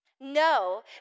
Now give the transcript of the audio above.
No